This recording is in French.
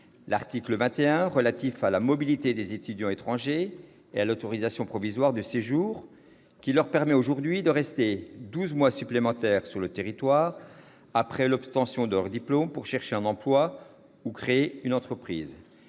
l'article 21, relatif à la mobilité des étudiants étrangers et à l'autorisation provisoire de séjour qui leur permet aujourd'hui de rester douze mois supplémentaires sur le territoire après l'obtention de leur diplôme pour chercher un emploi ou créer une entreprise,